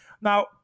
Now